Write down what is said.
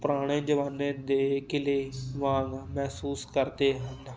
ਪੁਰਾਣੇ ਜਮਾਨੇ ਦੇ ਕਿਲ੍ਹੇ ਵਾਂਗ ਮਹਿਸੂਸ ਕਰਦੇ ਹਨ